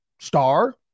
star